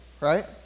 right